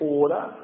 order